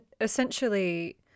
essentially